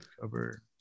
Cover